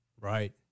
Right